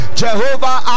jehovah